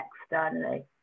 externally